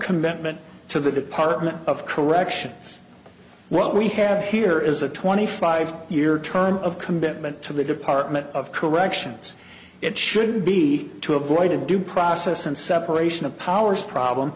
commitment to the department of corrections what we have here is a twenty five year term of commitment to the department of corrections it should be to avoid due process and separation of powers problem